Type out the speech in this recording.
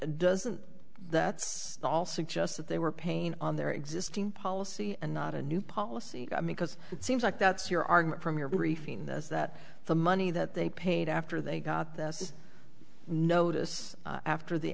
doesn't that's also just that they were pain on their existing policy and not a new policy i mean because it seems like that's your argument from your briefing this that the money that they paid after they got this notice after the